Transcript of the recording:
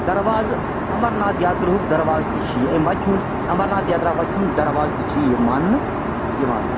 دروازٕ اَمرناتھ یاترٕہُک دروازٕ تہِ چھِ یہِ اَمہِ وَتہِ ہُنٛد اَمرناتھ یاترا وَتہِ ہُنٛد دروازٕ تہِ چھِ یہِ مانٛنہٕ یِوان